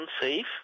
unsafe